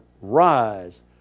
rise